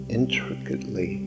intricately